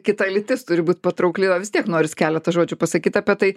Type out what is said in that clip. kita lytis turi būt patraukli o vis tiek noris keletą žodžių pasakyt apie tai